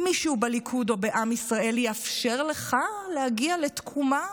מישהו בליכוד או בעם ישראל יאפשר לך להגיע לתקומה?